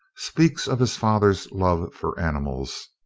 speaks of his father's love for animals.